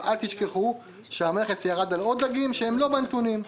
אל תשכחו שהמכס ירד על עוד דגים שלא מופיעים בנתונים.